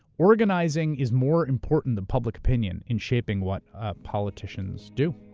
organizing is more important than public opinion in shaping what ah politicians do.